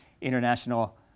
international